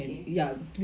orh okay